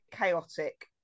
chaotic